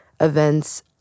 events